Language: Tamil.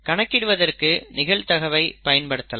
கணக்கிடுவதற்கு நிகழ்தகவை பயன்படுத்தலாம்